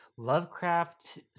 lovecraft